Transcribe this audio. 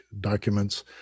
documents